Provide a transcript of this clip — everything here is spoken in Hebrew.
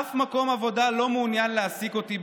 אף מקום עבודה לא מעוניין להעסיק אותי,